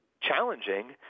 challenging